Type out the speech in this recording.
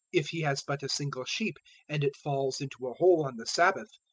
if he has but a single sheep and it falls into a hole on the sabbath,